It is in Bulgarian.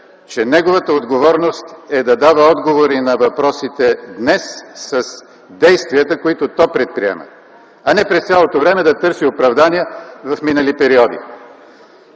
че неговата отговорност е да дава отговори на въпросите днес с действията, които то предприема, а не през цялото време да търси оправдание в минали периоди.